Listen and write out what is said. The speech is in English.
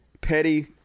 petty